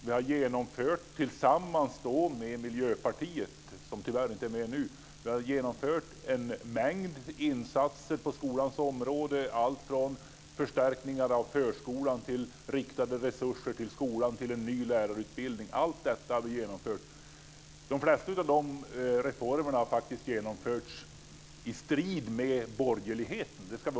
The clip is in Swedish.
Vi har tillsammans med Miljöpartiet, som nu tyvärr inte är med, genomfört en mängd insatser på skolans område, alltifrån förstärkningar av förskolan och riktade resurser till skolan till en ny lärarutbildning. Allt detta har vi genomfört. Vi ska också komma ihåg att de flesta reformer har genomförts i strid med borgerligheten.